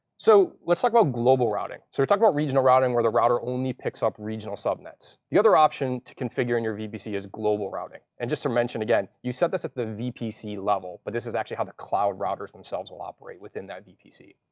so let's talk like about global routing. so we talked about regional routing where the router only picks up regional subnets. the other option to configure in your vpc is global routing. and just to mention again, you set this at the vpc level, but this is actually how the cloud routers themselves will operate within that vpc.